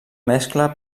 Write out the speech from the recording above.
mescla